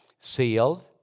Sealed